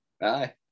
bye